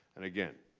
and again,